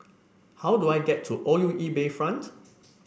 how do I get to O U E Bayfront